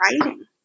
writing